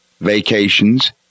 vacations